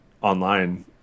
online